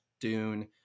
dune